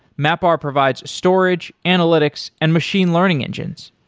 mapr provides storage, analytics and machine learning engines.